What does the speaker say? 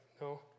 No